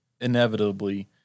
inevitably